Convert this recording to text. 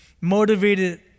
motivated